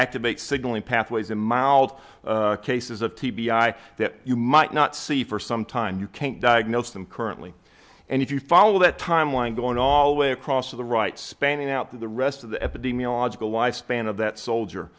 activate signaling pathways in mild cases of t b i that you might not see for some time you can't diagnose them currently and if you follow that timeline going all the way across to the right spending out the rest of the epidemiological lifespan of that soldier